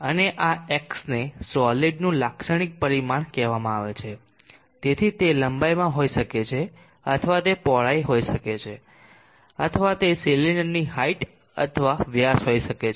અને આ X ને સોલીડ્સનું લાક્ષણિક પરિમાણ કહેવામાં આવે છે તેથી તે લંબાઈમાં હોઈ શકે છે અથવા તે પહોળાઈ હોઈ શકે છે અથવા તે સિલિન્ડરની હાઈટ અથવા વ્યાસ હોઈ શકે છે